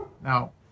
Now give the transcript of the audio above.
Now